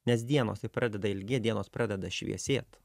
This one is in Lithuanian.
nes dienos tai pradeda ilgėt dienos pradeda šviesėt